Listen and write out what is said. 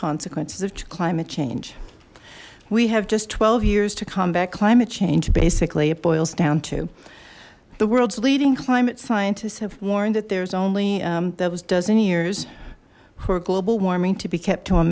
consequences of climate change we have just twelve years to combat climate change basically it boils down to the world's leading climate scientists have warned that there's only that was dozen years for global warming to be kept to a